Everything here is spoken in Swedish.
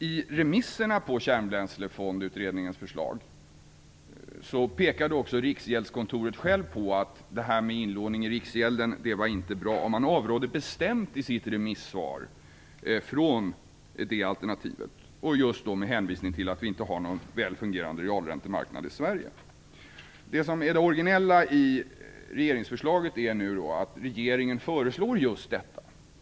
I remissomgången på Kärnbränslefondsutredningens förslag pekade Riksgäldskontoret självt på att det här med inlåning i Riksgäldskontoret inte var bra och avrådde i sitt remissvar bestämt från det alternativet, just med hänvisning till att vi inte har någon väl fungerande realräntemarknad i Sverige. Det originella med regeringsförslaget är att regeringen nu föreslår just detta.